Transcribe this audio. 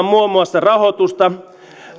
muun muassa koota rahoitusta